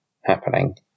happening